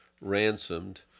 ransomed